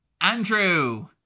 Andrew